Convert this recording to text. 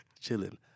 chilling